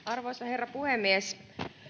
arvoisa herra puhemies